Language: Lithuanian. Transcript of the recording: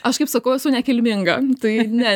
aš kaip sakau esu nekilminga tai ne